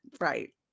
right